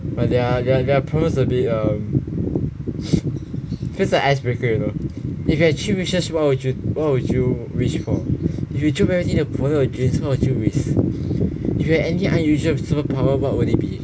but their their their prompts a bit um feels like icebreaker you know if have three wishes what will you what you will wish for if you choose opponent against what will you risk if you have any eye vision superpower what will it be